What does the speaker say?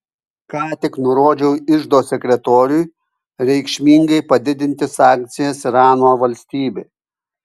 ką tik nurodžiau iždo sekretoriui reikšmingai padidinti sankcijas irano valstybei